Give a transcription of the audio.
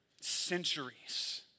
centuries